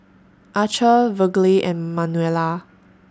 Archer Virgle and Manuela